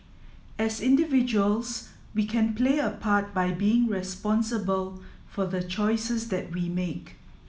as individuals we can play a part by being responsible for the choices that we make